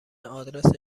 آدرس